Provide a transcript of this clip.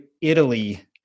Italy